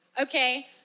Okay